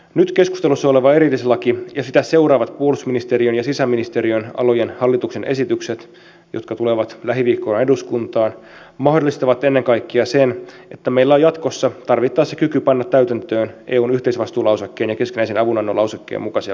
nyt keskustelussa oleva erillislaki ja sitä seuraavat puolustusministeriön ja sisäministeriön alojen hallituksen esitykset jotka tulevat lähiviikkoina eduskuntaan mahdollistavat ennen kaikkea sen että meillä on jatkossa tarvittaessa kyky panna täytäntöön eun yhteisvastuulausekkeen ja keskinäisen avunannon lausekkeen mukaisia velvoitteita